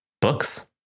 Books